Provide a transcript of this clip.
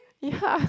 ya